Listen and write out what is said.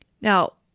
Now